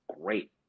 great